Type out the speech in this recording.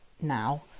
now